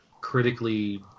critically